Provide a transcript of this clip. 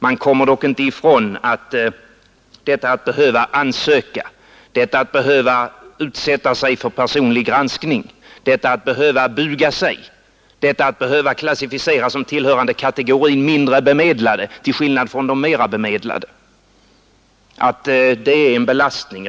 Man kommer dock inte ifrån att detta att behöva ansöka, att behöva utsätta sig för personlig granskning, att behöva buga sig, att behöva klassificeras som tillhörande kategorin mindre bemedlade till skillnad från de mera bemedlade, är en belastning.